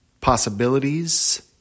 possibilities